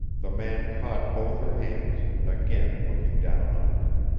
the man caught both her hands, again looking down on her.